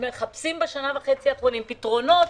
מחפשים בשנה וחצי האחרונות פתרונות